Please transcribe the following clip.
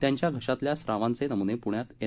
त्याच्या घशातल्या स्रावांचे नमुने प्ण्यात एन